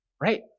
Right